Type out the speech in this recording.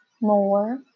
more